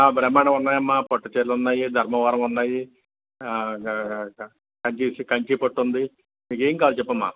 ఆ బ్రహ్మాండంగా ఉన్నాయి అమ్మా పట్టుచీరలు ఉన్నాయి ధర్మవరం ఉన్నాయి ఆ ఆ కంచి సి కంచి పట్టు ఉంది మీకు ఏం కావాలో చెప్పు అమ్మా